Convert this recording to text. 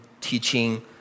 teaching